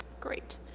great